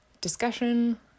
discussion